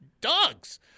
dogs